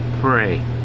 pray